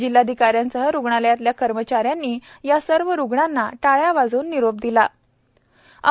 जिल्हाधिकाऱ्यांसह रुग्णालयातल्या कर्मचाऱ्यांनी या सर्व रुग्णांना टाळ्या वाजवून रुग्णांना निरोप दिला